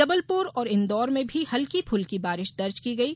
जबलपुर और इंदौर में भी हल्की फूल्की बारिश दर्ज की गयी